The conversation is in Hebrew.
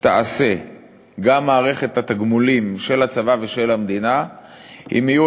תעשה גם מערכת התגמולים של הצבא ושל המדינה אם יהיו